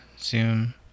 Zoom